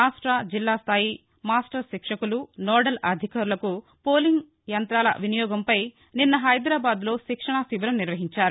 రాష్ట జిల్లా స్దాయి మాస్టర్ శిక్షకులు నోడల్ అధికారులకు పోలింగ్ యంతాల వినియోగంపై నిన్న హైదరాబాద్లో శిక్షణ శిబిరం నిర్వహించారు